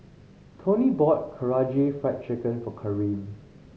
Toni bought Karaage Fried Chicken for Karim